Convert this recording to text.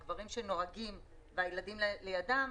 לגברים שנוהגים והילדים לידם.